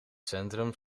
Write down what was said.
centrum